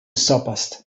sabberst